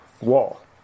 wall